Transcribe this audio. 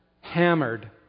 hammered